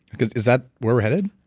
is that where we're headed?